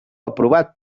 aprovat